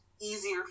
easier